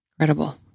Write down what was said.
Incredible